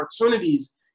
opportunities